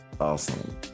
Awesome